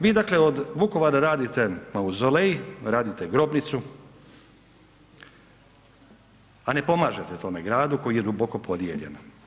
Vi dakle od Vukovara radite mauzolej, radite grobnicu, a ne pomažete tome gradu koji je duboko podijeljen.